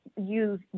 use